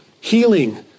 healing